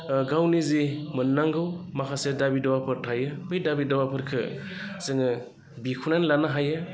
गावनि जि मोननांगौ माखासे दाबि दबाफोर थायो बै दाबि दबाफोरखो जोङो बिख'नानै लानो हायो